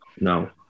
no